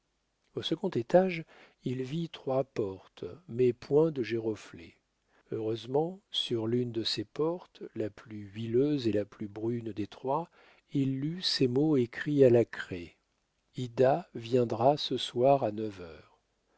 au second étage il vit trois portes mais point de géroflées heureusement sur l'une de ces portes la plus huileuse et la plus brune des trois il lut ces mots écrits à la craie ida viendra ce soir à neuf heures